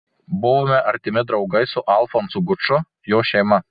buvome artimi draugai su alfonsu guču jo šeima